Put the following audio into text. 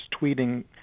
tweeting